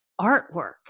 artwork